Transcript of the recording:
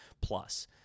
plus